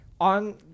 on